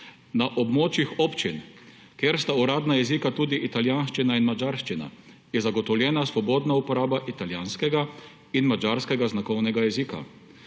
Na območjih občin, kjer sta uradna jezika tudi italijanščina in madžarščina, je zagotovljena svobodna uporaba italijanskega in madžarskega znakovnega jezika.